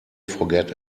forget